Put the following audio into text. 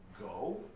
go